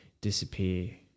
disappear